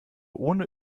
ohne